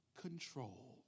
control